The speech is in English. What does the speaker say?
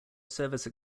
service